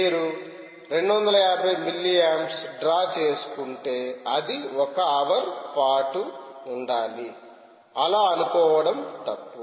మీరు 250 milliamps draw చేసుకుంటే అది ఒక హవర్ పాటు ఉండాలి అలా అనుకోవడము తప్పు